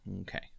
okay